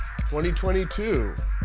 2022